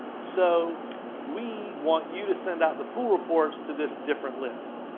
so we want you to send out the pool reports to this different list.